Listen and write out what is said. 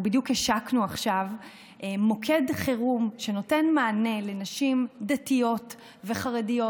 אנחנו בדיוק השקנו עכשיו מוקד חירום שנותן מענה לנשים דתיות וחרדיות